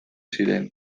ziren